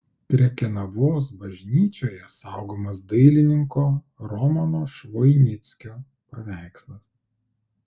krekenavos bažnyčioje saugomas dailininko romano švoinickio paveikslas